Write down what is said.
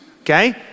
Okay